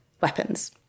weapons